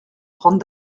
prendre